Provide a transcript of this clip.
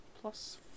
Plus